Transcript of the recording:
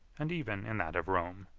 and even in that of rome.